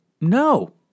no